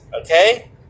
okay